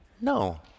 No